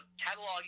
catalog